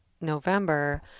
November